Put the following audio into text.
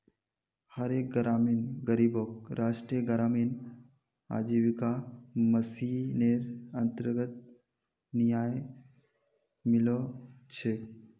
हर एक ग्रामीण गरीबक राष्ट्रीय ग्रामीण आजीविका मिशनेर अन्तर्गत न्याय मिलो छेक